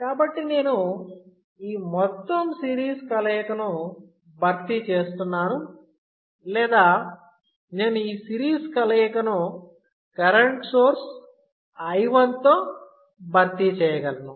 కాబట్టి నేను ఈ మొత్తం సిరీస్ కలయికను భర్తీ చేస్తున్నాను లేదా నేను సిరీస్ కలయికను కరెంటు సోర్స్ I1 తో భర్తీ చేయగలను